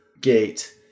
gate